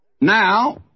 Now